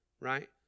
right